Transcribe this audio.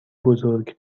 بزرگ